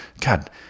god